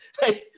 Hey